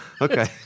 Okay